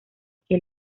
que